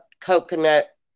coconut